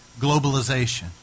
globalization